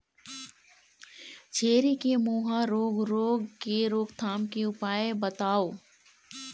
छेरी के मुहा रोग रोग के रोकथाम के उपाय बताव?